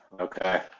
Okay